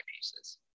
pieces